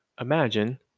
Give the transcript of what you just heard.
imagine